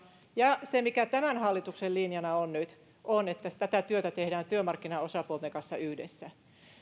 ja tämän hallituksen linjana on nyt se että tätä työtä tehdään työmarkkinaosapuolten kanssa yhdessä